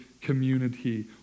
community